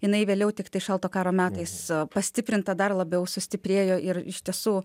jinai vėliau tiktai šalto karo metais pastiprinta dar labiau sustiprėjo ir iš tiesų